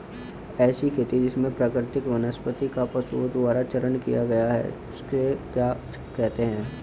ऐसी खेती जिसमें प्राकृतिक वनस्पति का पशुओं द्वारा चारण किया जाता है उसे क्या कहते हैं?